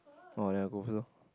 orh then I go first loh